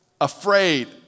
afraid